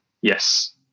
Yes